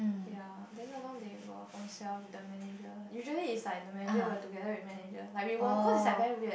ya then sometime they will own self with the manager usually is like the manger will together with manager like we won't because is like very weird